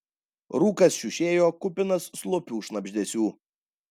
rūkas šiušėjo kupinas slopių šnabždesių